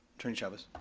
attorney chavez.